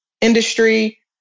industry